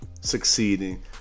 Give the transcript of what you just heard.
succeeding